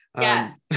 Yes